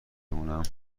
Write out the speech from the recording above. بمونم